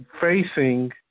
facing